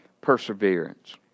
perseverance